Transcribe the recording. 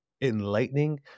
enlightening